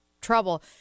trouble